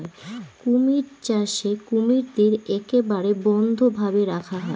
কুমির চাষে কুমিরদের একেবারে বদ্ধ ভাবে রাখা হয়